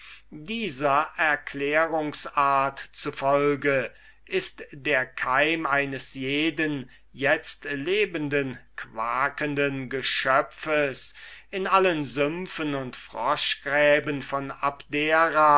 dieser erklärungsart zufolge ist der keim eines jeden itztlebenden quakenden geschöpfes in allen sümpfen und froschgräben von abdera